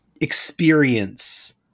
experience